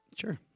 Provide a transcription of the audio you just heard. Sure